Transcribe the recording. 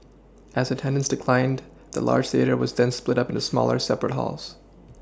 as attendance declined the large theatre was then split up into smaller separate halls